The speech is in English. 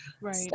Right